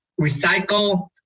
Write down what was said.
recycle